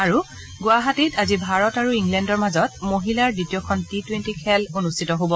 আৰু গুৱাহাটীত আজি ভাৰত আৰু ইংলেণ্ডৰ মাজত মহিলাৰ দ্বিতীয়খন টি টুৱেণ্টি খেল অনুষ্ঠিত হ'ব